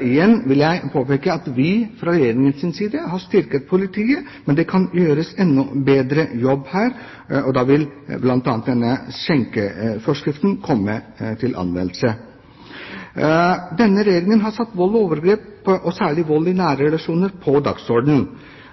Igjen vil jeg påpeke at vi fra Regjeringens side har styrket politiet, men det kan gjøres en enda bedre jobb her, og da vil bl.a. denne skjenkeforskriften komme til anvendelse. Denne regjeringen har satt vold og overgrep, og særlig vold i nære relasjoner, på dagsordenen.